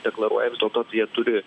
deklaruoja vis dėlto tai jie turi